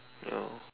ya lor